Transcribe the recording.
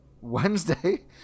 Wednesday